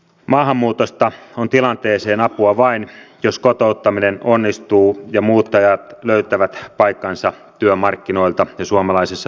maahanmuutosta on tilanteeseen apua vain jos kotouttaminen onnistuu ja muuttajat löytävät paikkansa työmarkkinoilta ja suomalaisessa yhteiskunnassa